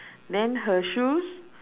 then her shoes